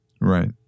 Right